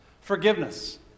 Forgiveness